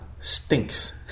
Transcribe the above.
stinks